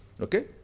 Okay